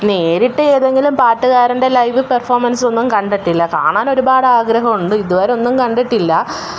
നേരിട്ട് ഏതെങ്കിലും പാട്ടുകാരൻ്റെ ലൈവ് പേർഫോമൻസൊന്നും കണ്ടിട്ടില്ല കാണാനൊരുപാട് ആഗ്രഹമുണ്ട് ഇതുവരെ ഒന്നും കണ്ടിട്ടില്ല